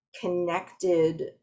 connected